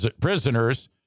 prisoners